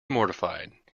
mortified